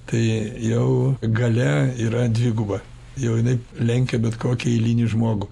tai jau galia yra dviguba jau jinai lenkia bet kokį eilinį žmogų